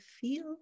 feel